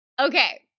Okay